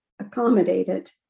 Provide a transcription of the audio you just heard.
accommodated